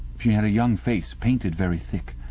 she had a young face, painted very thick.